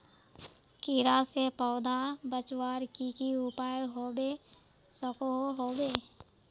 कीड़ा से पौधा बचवार की की उपाय होबे सकोहो होबे?